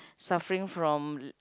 suffering from